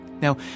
Now